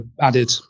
added